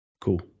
cool